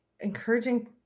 encouraging